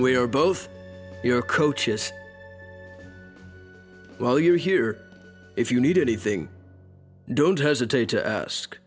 we are both your coaches while you're here if you need anything don't hesitate to